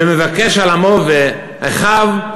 ומבקש על עמו ואחיו,